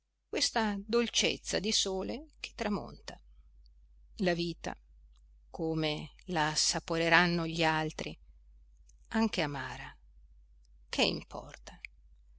questa dolcezza di sole che tramonta la vita come la assaporeranno gli altri anche amara che importa